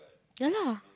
yeah lah